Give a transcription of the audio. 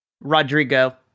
Rodrigo